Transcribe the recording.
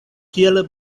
kiel